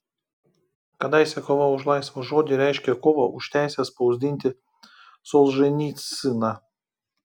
kadaise kova už laisvą žodį reiškė kovą už teisę spausdinti solženicyną